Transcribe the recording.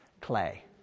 clay